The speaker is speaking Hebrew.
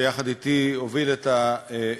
שיחד אתי הוביל את העסק,